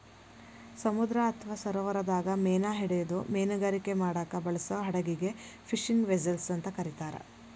ಸಮುದ್ರ ಅತ್ವಾ ಸರೋವರದಾಗ ಮೇನಾ ಹಿಡಿದು ಮೇನುಗಾರಿಕೆ ಮಾಡಾಕ ಬಳಸೋ ಹಡಗಿಗೆ ಫಿಶಿಂಗ್ ವೆಸೆಲ್ಸ್ ಅಂತ ಕರೇತಾರ